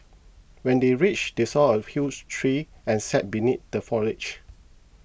when they reached they saw a huge tree and sat beneath the foliage